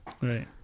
right